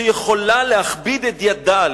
שיכולה להכביד את ידה.